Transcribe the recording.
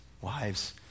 Wives